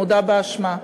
מודה באשמה,